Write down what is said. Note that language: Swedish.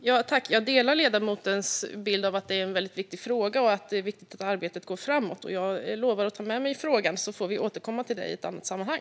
Fru talman! Jag instämmer med ledamoten i att det är en väldigt viktig fråga, och det är viktigt att arbetet går framåt. Jag lovar att ta med mig frågan och återkommer i ett annat sammanhang.